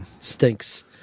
Stinks